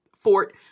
Fort